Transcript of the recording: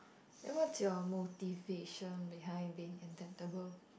then what's your motivation behind being adaptable